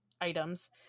items